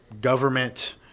government